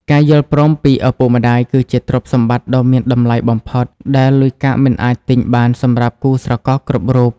ការយល់ព្រមពីឪពុកម្ដាយគឺជាទ្រព្យសម្បត្តិដ៏មានតម្លៃបំផុត ដែលលុយកាក់មិនអាចទិញបានសម្រាប់គូស្រករគ្រប់រូប។